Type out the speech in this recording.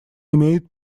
имеет